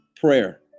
prayer